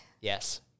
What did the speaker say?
Yes